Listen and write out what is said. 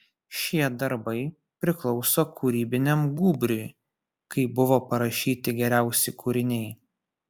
šie darbai priklauso kūrybiniam gūbriui kai buvo parašyti geriausi kūriniai